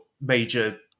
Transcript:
major